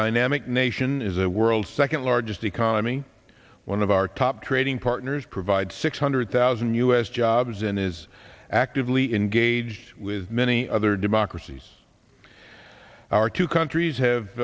dynamic nation is the world's second largest economy one of our top trading partners provides six hundred thousand us jobs and is actively engaged with many other democracies our two countries have